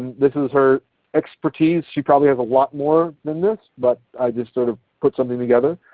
this is her expertise. she probably has a lot more than this, but i just sort of put something together.